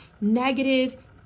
negative